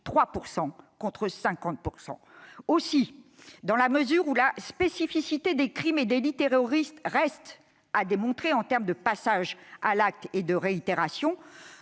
3 % et 50 %. Aussi, dans la mesure où la spécificité des crimes et délits terroristes reste à démontrer en termes de passage à l'acte et de réitération,